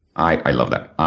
i love that.